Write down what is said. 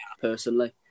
personally